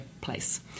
place